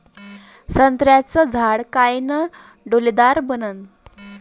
संत्र्याचं झाड कायनं डौलदार बनन?